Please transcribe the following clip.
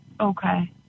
Okay